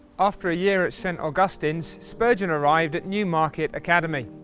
after a year at st. augustine's, spurgeon arrived at newmarket academy.